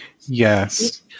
Yes